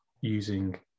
using